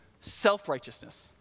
self-righteousness